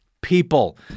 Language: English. people